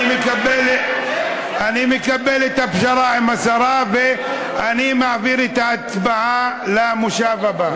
אני מקבל את הפשרה עם השרה ואני מעביר את ההצבעה למושב הבא.